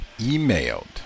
emailed